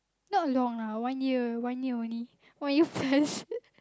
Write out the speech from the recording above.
not long lah one year one year only one year plus